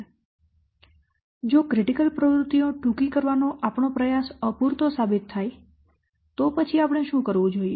તેથી જો ક્રિટિકલ પ્રવૃત્તિઓ ટૂંકી કરવાનો આપણો પ્રયાસ અપૂરતો સાબિત થાય તો પછી આપણે શું કરવું જોઈએ